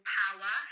power